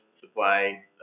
supply